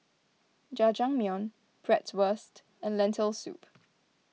Jajangmyeon Bratwurst and Lentil Soup